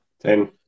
Ten